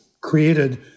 created